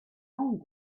own